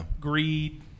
Greed